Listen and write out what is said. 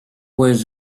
was